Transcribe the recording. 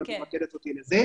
אם את ממקדת אותי לזה.